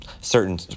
certain